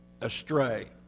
astray